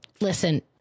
Listen